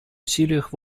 усилиях